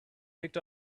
picked